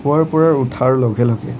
শুৱাৰ পৰা উঠাৰ লগে লগে